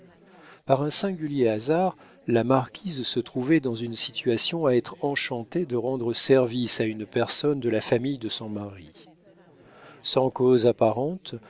par un singulier hasard la marquise se trouvait dans une situation à être enchantée de rendre service à une personne de la famille de son mari sans cause apparente